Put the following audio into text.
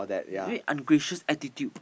is very ungracious attitude